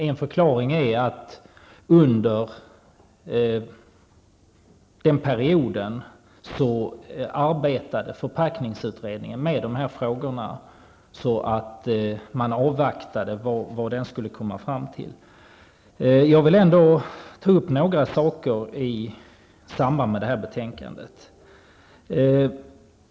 En förklaring är att förpackningsutredningen under den här perioden arbetade med dessa frågor, och man avvaktade vad den skulle komma fram till. Jag vill ändå ta upp några saker i samband med det här betänkandet.